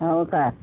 हो का